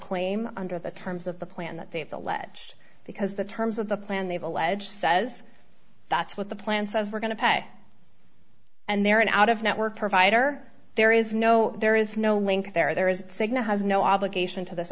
claim under the terms of the plan that they allege because the terms of the plan they've alleged says that's what the plan says we're going to pay and they're an out of network provider there is no there is no link there there is signifies no obligation to this